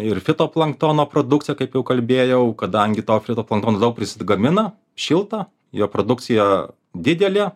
ir fitoplanktono produkciją kaip jau kalbėjau kadangi to fitoplanktono daug prisigamina šilta jo produkcija didelė